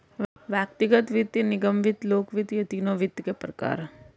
व्यक्तिगत वित्त, निगम वित्त, लोक वित्त ये तीनों वित्त के प्रकार हैं